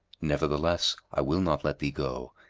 nevertheless, i will not let thee go,